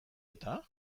eta